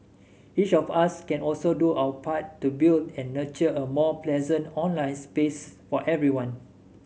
each of us can also do our part to build and nurture a more pleasant online space for everyone